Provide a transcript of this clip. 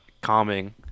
calming